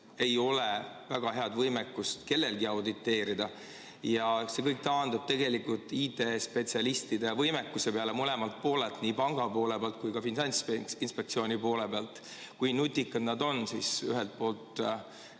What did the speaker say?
ei ole väga head võimekust kellelgi auditeerida. See kõik taandub tegelikult IT-spetsialistide ja võimekuse peale mõlemalt poolelt, nii panga poole pealt kui ka Finantsinspektsiooni poole pealt, kui nutikad nad on ühelt poolt